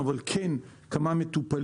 אבל יש לנו נתונים כמה מטופלים.